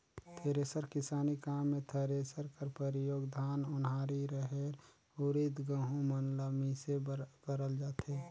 thresher किसानी काम मे थरेसर कर परियोग धान, ओन्हारी, रहेर, उरिद, गहूँ मन ल मिसे बर करल जाथे